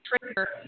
trigger